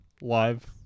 live